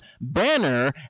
banner